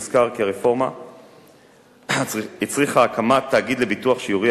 יוזכר כי הרפורמה הצריכה הקמת תאגיד לביטוח שיורי,